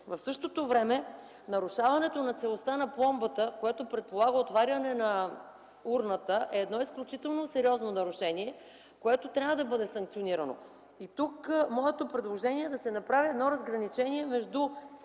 В същото време нарушаването на целостта на пломбата, което предполага отваряне на урната, е едно изключително сериозно нарушение, което трябва да бъде санкционирано. Моето предложение е да се направи едно разграничение между